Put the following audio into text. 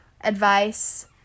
advice